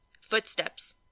Footsteps